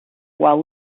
while